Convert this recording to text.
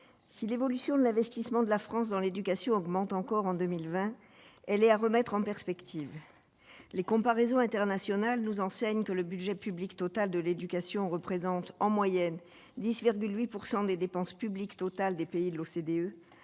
si l'évolution de l'investissement de la France dans l'éducation augmente encore en 2020, elle est à remettre en perspective les comparaisons internationales nous enseigne que le budget public total de l'éducation représente en moyenne 10,8 pourcent des dépenses publiques totales des pays de l'OCDE,